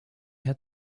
had